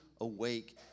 awake